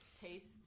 taste